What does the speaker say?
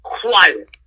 quiet